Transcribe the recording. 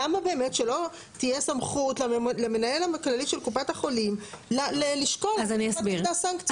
למה באמת שלא תהיה סמכות למנהל הכללי של קופת החולים לשקול סנקציה?